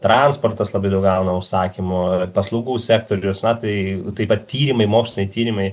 transportas labai daug gauna užsakymų paslaugų sektoriaus na tai taip pat tyrimai moksliniai tyrimai